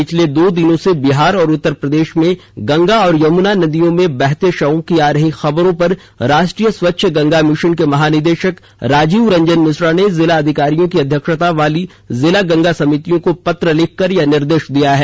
पिछले दो दिनों से बिहार और उत्तर प्रदेश में गंगा और यमुना नदियों में बहते शवों की आ रही खबरों पर राष्ट्रीय स्वच्छ गंगा मिशन के महानिदेशक राजीव रंजन मिश्रा ने जिला अधिकारियों की अध्यक्षता वाली जिला गंगा समितियों को पत्र लिखकर यह निर्देश दिया है